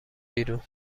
بیرون